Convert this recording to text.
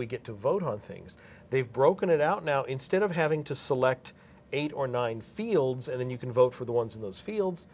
we get to vote on things they've broken it out now instead of having to select eight or nine fields and then you can vote for the ones in those fields